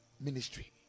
ministry